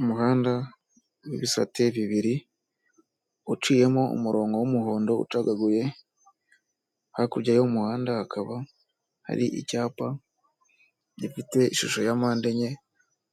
Umuhanda w'ibisate bibiri, uciyemo umurongo w'umuhondo ucagaguye, hakurya y'umuhanda hakaba hari icyapa, gifite ishusho ya mpande enye,